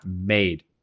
made